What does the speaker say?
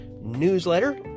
newsletter